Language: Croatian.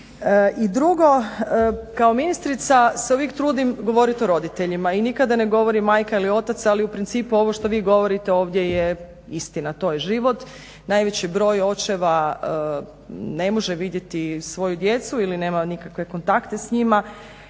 I drugo, kao ministrica se uvijek trudim govoriti o roditeljima i nikada ne govorim majka ili otac. Ali u principu ovo što vi govorite ovdje je istina. To je život. Najveći broj očeva ne može vidjeti svoju djecu ili nema nikakve kontakte s njima.